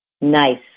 nice